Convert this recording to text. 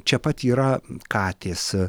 čia pat yra katės